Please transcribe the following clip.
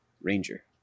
ranger